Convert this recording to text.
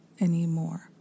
anymore